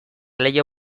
leiho